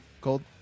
Gold